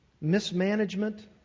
mismanagement